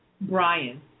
Brian